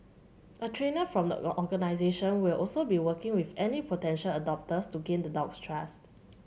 a trainer from the organisation will also be working with any potential adopters to gain the dog's trust